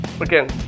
again